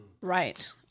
Right